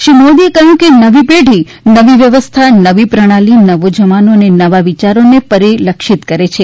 શ્રી મોદીએ કહ્યું કે નવી પેઢી નવી વ્યવસ્થા નવી પ્રણાલી નવો જમાનો અને નવા વિચારોને પરિલક્ષિત કરે છે